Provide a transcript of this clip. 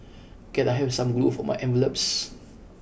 can I have some glue for my envelopes